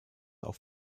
auf